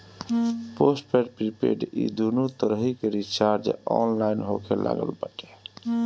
postpaid prepaid इ दूनो तरही के रिचार्ज ऑनलाइन होखे लागल बाटे